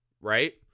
Right